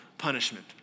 punishment